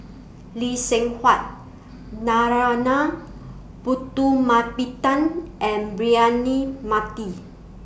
Lee Seng Huat Narana Putumaippittan and Braema Mathi